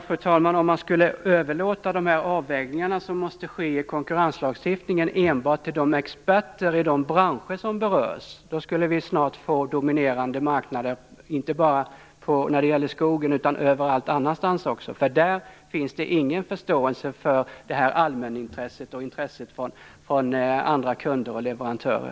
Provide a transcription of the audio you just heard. Fru talman! Om man skulle överlåta de avvägningar som måste ske enligt konkurrenslagstiftningen enbart till experter i de branscher som berörs, skulle vi snart få dominerade marknader inte bara när det gäller skogen, utan överallt annars också. Där finns det ingen förståelse för allmänintresset och intresset från andra kunder och leverantörer.